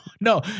no